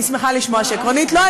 אני שמחה לשמוע שעקרונית לא.